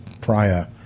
prior